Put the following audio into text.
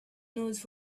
knows